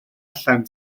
allan